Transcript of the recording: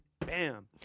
Bam